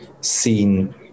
seen